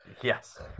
yes